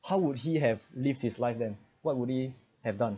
how would he have lived his life than what would he have done